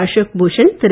Ashok Bhushan Thiru